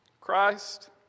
Christ